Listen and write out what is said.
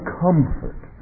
comfort